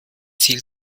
ziel